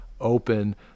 Open